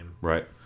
Right